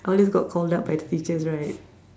always got called up by teachers right